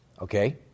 Okay